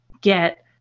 get